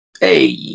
Hey